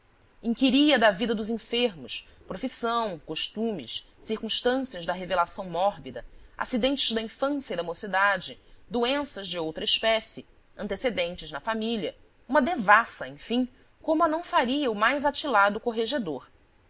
tendências inquiria da vida dos enfermos profissão costumes circunstâncias da revelação mórbida acidentes da infância e da mocidade doenças de outra espécie antecedentes na família uma devassa enfim como a não faria o mais atilado corregedor